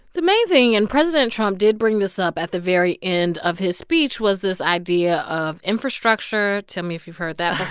the main thing, and president trump did bring this up at the very end of his speech, was this idea of infrastructure. tell me if you've heard that